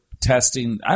Testing